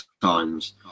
times